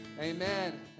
amen